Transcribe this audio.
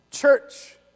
Church